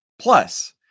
Plus